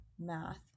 math